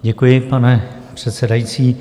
Děkuji, pane předsedající.